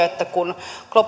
että kun